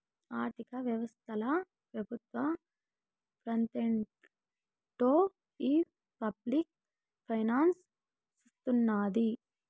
ఆర్థిక వ్యవస్తల పెబుత్వ పాత్రేంటో ఈ పబ్లిక్ ఫైనాన్స్ సూస్తున్నాది